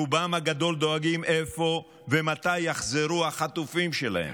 רובם הגדול דואגים איפה ומתי יחזרו החטופים שלהם,